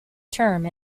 term